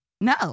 No